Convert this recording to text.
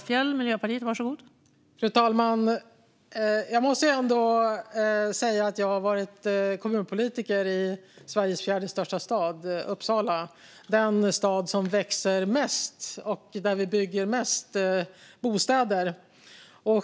Fru talman! Jag måste ändå säga att jag har varit kommunpolitiker i Sveriges fjärde största stad, Uppsala, den stad som växer mest och där vi bygger flest bostäder.